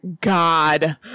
god